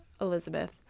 elizabeth